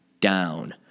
down